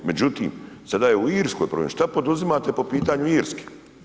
Međutim, sada je u Irskoj problem, šta poduzimate po pitanju Irske?